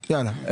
יאללה.